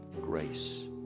grace